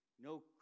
no